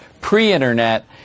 pre-internet